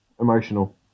emotional